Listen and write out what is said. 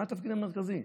מה התפקיד המרכזי?